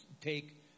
take